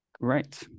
Great